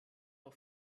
auf